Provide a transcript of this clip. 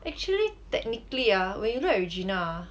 actually technically ah when you look at regina ah